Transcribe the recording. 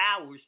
hours